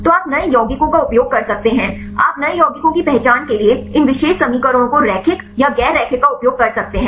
तो आप नए यौगिकों का उपयोग कर सकते हैं आप नए यौगिकों की पहचान के लिए इन विशेष समीकरणों को रैखिक या गैर रैखिक का उपयोग कर सकते हैं